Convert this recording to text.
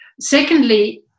Secondly